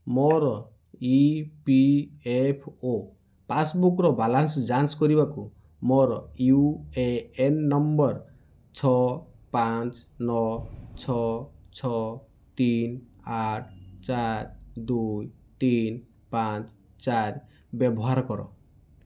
ମୋର E P F ଓ ପାସ୍ବୁକ୍ର ବାଲାନ୍ସ ଯାଞ୍ଚ କରିବାକୁ ମୋର ୟୁ ଏ ଏନ୍ ନମ୍ବର ଛଅ ପାଞ୍ଚ ନଅ ଛଅ ଛଅ ତିନି ଆଠ ଚାରି ଦୁଇ ତିନି ପାଞ୍ଚେ ଚାରି ବ୍ୟବହାର କର